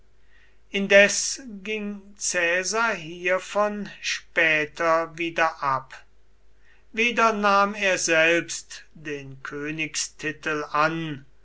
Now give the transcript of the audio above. indes ging caesar hiervon später wieder ab weder nahm er selbst den königstitel an